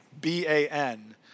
B-A-N